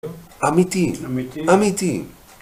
אמיתי, אמיתי.